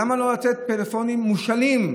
למה לא לתת פלאפונים מושאלים,